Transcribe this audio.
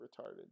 retarded